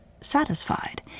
satisfied